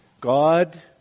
God